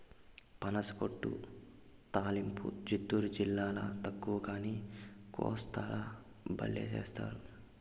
పనసపొట్టు తాలింపు చిత్తూరు జిల్లాల తక్కువగానీ, కోస్తాల బల్లే చేస్తారు